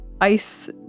ice